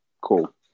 cool